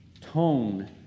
tone